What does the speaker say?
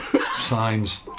signs